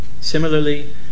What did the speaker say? Similarly